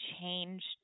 changed